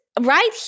right